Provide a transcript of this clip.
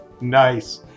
Nice